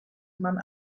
man